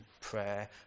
Prayer